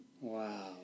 Wow